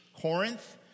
Corinth